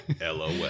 LOL